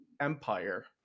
empire